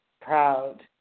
proud